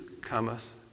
cometh